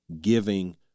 giving